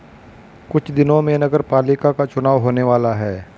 कुछ दिनों में नगरपालिका का चुनाव होने वाला है